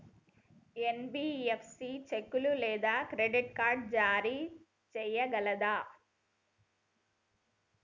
NBFC చెక్కులు లేదా credit card జారీ చేయగలదా?